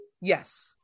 Yes